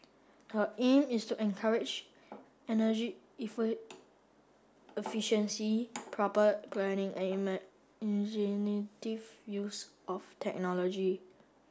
the aim is to encourage energy efficiency proper planning and imaginative use of technology